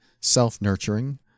self-nurturing